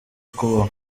kubaho